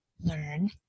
learn